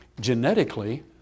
Genetically